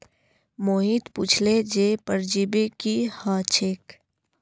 मोहित पुछले जे परजीवी की ह छेक